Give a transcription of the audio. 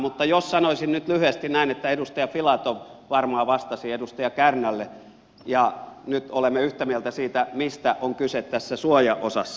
mutta jos sanoisin nyt lyhyesti näin että edustaja filatov varmaan vastasi edustaja kärnälle ja nyt olemme yhtä mieltä siitä mistä on kyse tässä suojaosassa